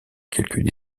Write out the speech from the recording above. quelques